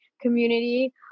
community